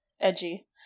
Edgy